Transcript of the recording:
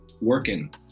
working